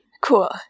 Cool